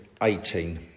18